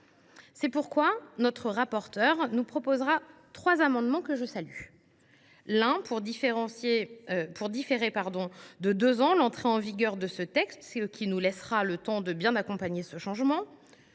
C’est pourquoi le rapporteur proposera trois amendements, que je salue. L’un tend à différer de deux ans l’entrée en vigueur de ce texte, ce qui nous laissera le temps de bien accompagner le changement.